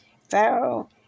Pharaoh